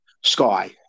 Sky